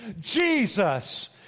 Jesus